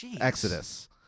Exodus